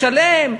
לשלם,